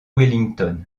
wellington